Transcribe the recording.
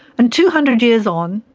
and two hundred years on,